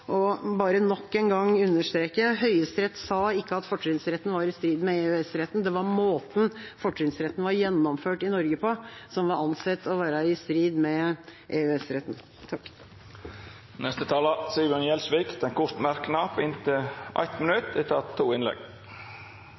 Og jeg vil bare nok engang understreke: Høyesterett sa ikke at fortrinnsretten var i strid med EØS-retten, det var måten fortrinnsretten var gjennomført på i Norge som var ansett å være i strid med EØS-retten. Representanten Sigbjørn Gjelsvik har hatt ordet to gonger tidlegare og får ordet til ein kort merknad, avgrensa til 1 minutt.